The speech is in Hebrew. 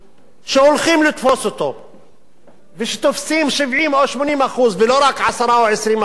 שהולכים לתפוס אותו ושתופסים 70% או 80% ולא רק 10% או 20%,